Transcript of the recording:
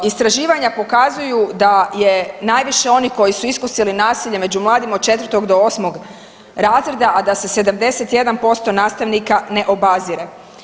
Istraživanja pokazuju da je najviše onih koji su iskusili nasilje među mladima 4.-8. razreda, a da se 71% nastavnika ne obazire.